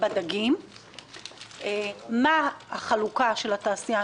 מה החלוקה של התעשייה,